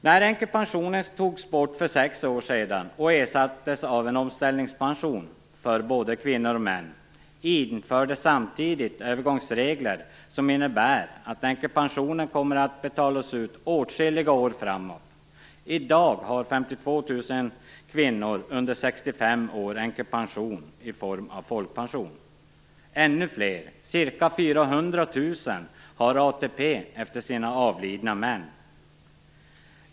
När änkepensionen för sex år sedan togs bort och ersattes av en omställningspension för både kvinnor och män infördes samtidigt övergångsregler som innebär att änkepension kommer att betalas ut åtskilliga år framåt. I dag har 52 000 kvinnor under 65 år änkepension i form av folkpension. Ännu fler kvinnor, ca 400 000, har ATP efter sina avlidna män.